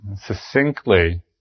succinctly